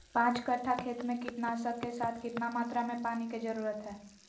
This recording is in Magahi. पांच कट्ठा खेत में कीटनाशक के साथ कितना मात्रा में पानी के जरूरत है?